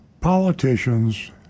politicians